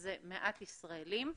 זה מעט ישראלים.